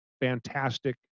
fantastic